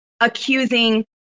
accusing